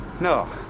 No